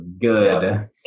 Good